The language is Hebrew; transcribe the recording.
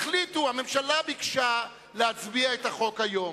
הממשלה ביקשה להצביע על החוק היום,